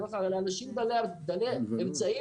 אלה אנשים דלי אמצעים,